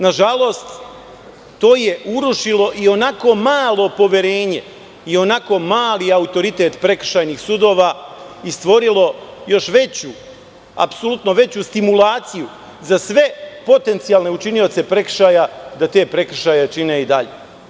Nažalost, to je urušilo i onako malo poverenje i onako mali autoritet prekršajnih sudova i stvorilo još veću, apsolutno veću stimulaciju za sve potencijalne učinioce prekršaja da te prekršaje čine i dalje.